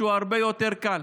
שהוא הרבה יותר קל: